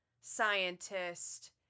scientist